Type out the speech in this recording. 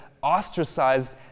ostracized